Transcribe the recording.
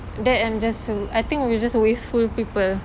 that and just I think we are just wasteful people